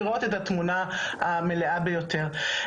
לראות את התמונה המלאה ביותר.